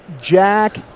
Jack